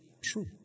true